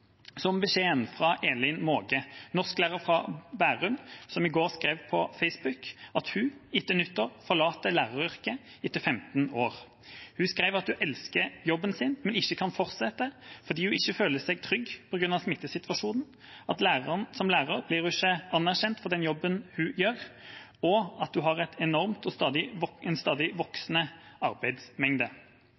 Som beskjeden fra Elin Måge, norsklærer fra Bærum, som i går skrev på Facebook at hun etter nyttår forlater læreryrket etter 15 år. Hun skrev at hun elsker jobben sin, men ikke kan fortsette, fordi hun ikke føler seg trygg på grunn av smittesituasjonen, at som lærer blir hun ikke anerkjent for den jobben hun gjør, og at hun har en enorm og stadig